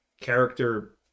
character